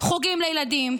חוגים לילדים,